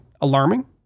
alarming